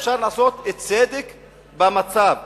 אפשר לעשות צדק במצב.